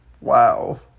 wow